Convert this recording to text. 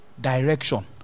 direction